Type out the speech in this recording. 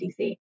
DC